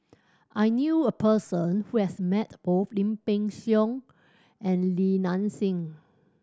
I knew a person who has met both Lim Peng Siang and Li Nanxing